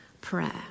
prayer